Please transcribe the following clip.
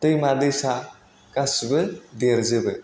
दैमा दैसा गासैबो देरजोबो